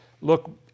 look